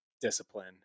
discipline